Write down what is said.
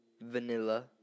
Vanilla